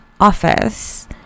office